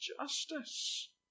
justice